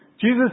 Jesus